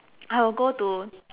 I will go to